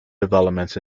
developments